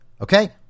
Okay